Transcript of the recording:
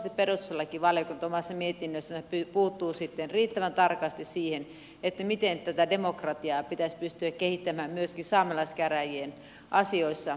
toivottavasti perustuslakivaliokunta omassa mietinnössään puuttuu sitten riittävän tarkasti siihen miten tätä demokratiaa pitäisi pystyä kehittämään myöskin saamelaiskäräjien asioissa